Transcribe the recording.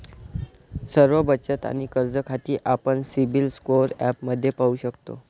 सर्व बचत आणि कर्ज खाती आपण सिबिल स्कोअर ॲपमध्ये पाहू शकतो